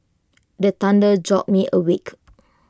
the thunder jolt me awake